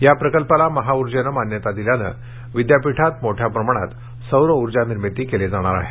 या प्रकल्पाला महा ऊर्जेने मान्यता दिल्याने विद्यापीठात मोठ्या प्रमाणात सौर ऊर्जा निर्मिती केली जाणार आहे